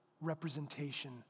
representation